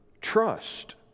trust